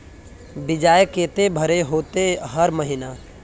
बियाज केते भरे होते हर महीना?